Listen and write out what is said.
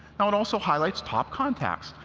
now it also highlights top contacts,